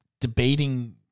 debating